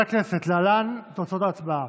הכנסת, להלן תוצאות ההצבעה: